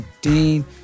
Dean